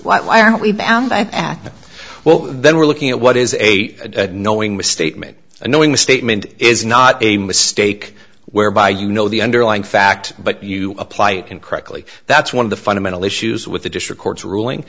why aren't we bound by well then we're looking at what is a knowing misstatement and knowing the statement is not a mistake whereby you know the underlying fact but you apply it incorrectly that's one of the fundamental issues with the district court's ruling